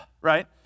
right